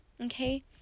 okay